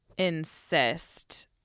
insist